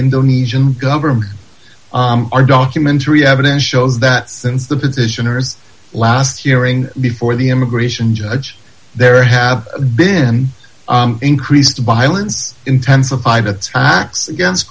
indonesian government our documentary evidence shows that since the petitioners last hearing before the immigration judge there have been increased violence intensify that acts against